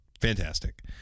fantastic